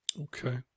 Okay